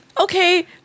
Okay